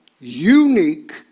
unique